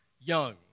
young